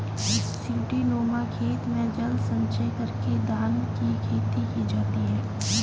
सीढ़ीनुमा खेत में जल संचय करके धान की खेती की जाती है